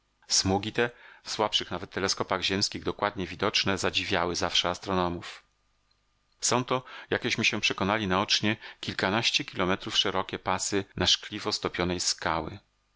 smugi te w słabszych nawet teleskopach ziemskich dokładnie widoczne zadziwiały zawsze astronomów są to jakeśmy się przekonali naocznie kilkanaście kilometrów szerokie pasy na szkliwo stopionej skały